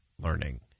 learning